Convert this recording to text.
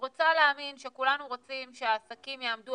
רוצה להאמין שכולנו רוצים שהעסקים יעמדו